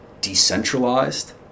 decentralized